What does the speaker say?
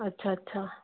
अच्छा अच्छा